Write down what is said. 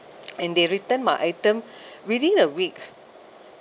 and they return my item within a week